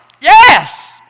Yes